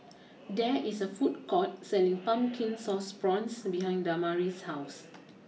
there is a food court selling Pumpkin Sauce Prawns behind Damari's house